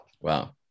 wow